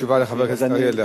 תשובה לחבר הכנסת אריה אלדד.